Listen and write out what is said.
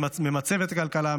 ממצב את הכלכלה,